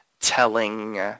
telling